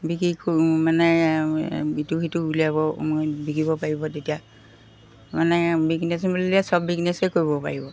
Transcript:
বিকি মানে ইটো সিটো উলিয়াব বিকিব পাৰিব তেতিয়া মানে বিজনেচ বুলিলে সব বিজনেচেই কৰিব পাৰিব